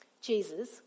Jesus